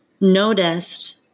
noticed